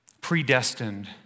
predestined